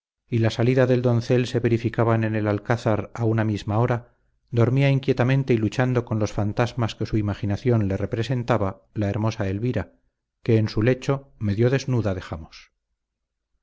y la salida del doncel se verificaban en el alcázar a una misma hora dormía inquietamente y luchando con los fantasmas que su imaginación le representaba la hermosa elvira que en su lecho medio desnuda dejamos